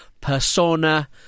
persona-